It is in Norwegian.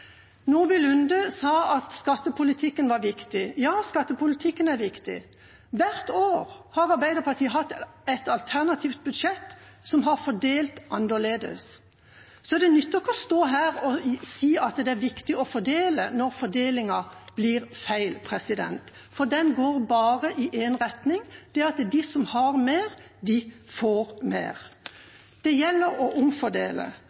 Nordby Lunde sa at skattepolitikken er viktig. Ja, skattepolitikken er viktig. Hvert år har Arbeiderpartiet hatt et alternativt budsjett som har fordelt annerledes, så det nytter ikke å stå her og si at det er viktig å fordele, når fordelingen blir feil. Den går bare i én retning: De som har mer, får mer. Det gjelder å omfordele.